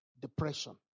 depression